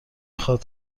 خواد